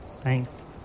Thanks